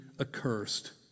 accursed